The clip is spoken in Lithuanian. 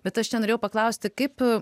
bet aš čia norėjau paklausti kaip